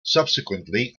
subsequently